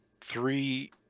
three